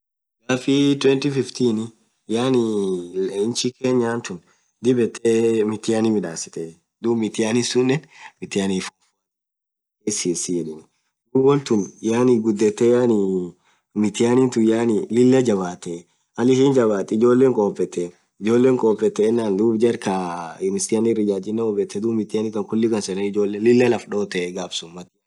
Ghafiii elfu lamaa kudheni shaani yaani inchi Kenyan thun dhib yethee mithihani midhasetthe dhub mithani sunen mithihani form fhoathi kcse dhub wontun yaani ghudhethe yaani mithihani thun yaani Lilah jabathee Mal ishin jabathe ijolen khopethe ijolee khopethenan dhub jarkaaa nec irri ijajeno hubethenan mithihani than khulii khanselin ijolee khuli lafdhothe ghafsun